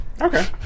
Okay